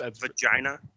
Vagina